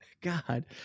god